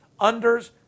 unders